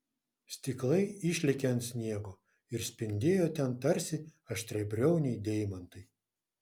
stiklai išlėkė ant sniego ir spindėjo ten tarsi aštriabriauniai deimantai